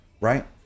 right